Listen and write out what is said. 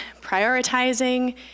prioritizing